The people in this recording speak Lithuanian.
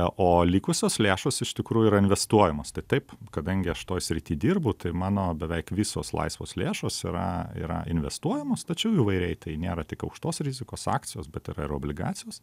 o likusios lėšos iš tikrųjų yra investuojamos tai taip kadangi aš toj srity dirbu tai mano beveik visos laisvos lėšos yra yra investuojamos tačiau įvairiai tai nėra tik aukštos rizikos akcijos bet yra ir obligacijos